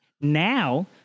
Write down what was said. Now